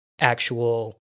actual